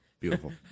Beautiful